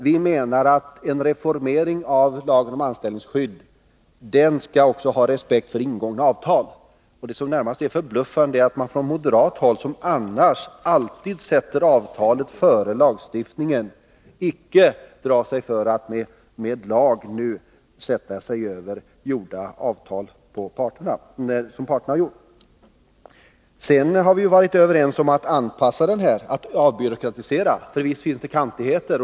Vi menar att man vid en reformering av lagen om anställningsskydd också skall ha respekt för ingångna avtal. Det är förbluffande att man från moderat håll — där man annars alltid sätter avtalet före lagstiftningen — inte drar sig för att nu med lag sätta sig över avtal som parterna träffat. Sedan har vi varit överens om att anpassa och avbyråkratisera trygghetslagstiftningen — för visst finns det kantigheter.